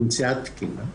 נמצאה תקינה,